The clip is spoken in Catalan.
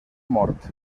mort